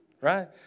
right